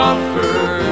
offer